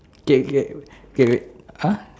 okay okay okay wait !huh!